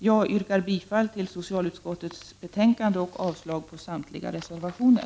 Jag yrkar bifall till utskottets hemställan i socialutskottets betänkande och avslag på samtliga reservationer.